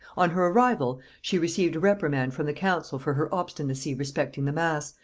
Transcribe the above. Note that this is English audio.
on her arrival she received a reprimand from the council for her obstinacy respecting the mass,